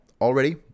already